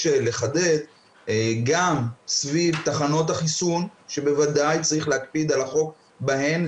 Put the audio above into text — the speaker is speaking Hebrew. לחדד גם סביב תחנות החיסון שבוודאי צריך להקפיד על החוק בהן.